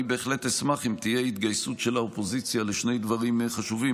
אני בהחלט אשמח אם תהיה התגייסות של האופוזיציה לשני דברים חשובים.